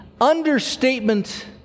understatement